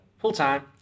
full-time